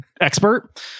expert